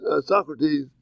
Socrates